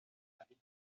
palitos